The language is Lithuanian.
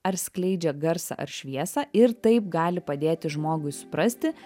ar skleidžia garsą ar šviesą ir taip gali padėti žmogui suprasti